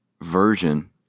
version